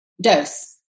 dose